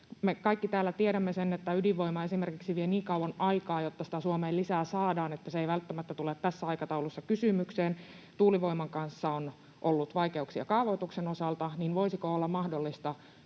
Me kaikki täällä tiedämme sen, että esimerkiksi ydinvoima vie niin kauan aikaa, jotta sitä saadaan Suomeen lisää, että se ei välttämättä tule tässä aikataulussa kysymykseen. Tuulivoiman kanssa on ollut vaikeuksia kaavoituksen osalta, niin voisiko olla mahdollista